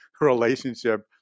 relationship